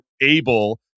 able